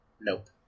Nope